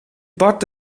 bart